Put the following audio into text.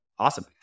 Awesome